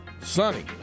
sunny